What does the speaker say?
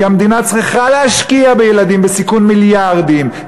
כי המדינה צריכה להשקיע בילדים בסיכון מיליארדים,